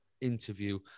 interview